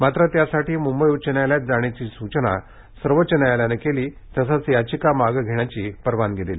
मात्र त्यासाठी मुंबई उच्च न्यायालयात जाण्याची सूचना सर्वोच्च न्यायालयानं केली तसंच याचिका मागे घेण्याची परवानगी दिली